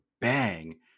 bang